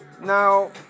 now